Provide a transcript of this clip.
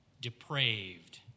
depraved